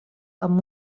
amb